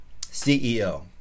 CEO